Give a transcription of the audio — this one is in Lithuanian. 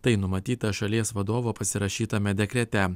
tai numatyta šalies vadovo pasirašytame dekrete